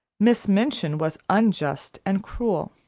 miss minchin was unjust and cruel,